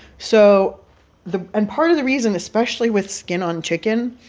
so the and part of the reason, especially with skin-on chicken,